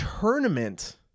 tournament